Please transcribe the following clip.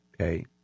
okay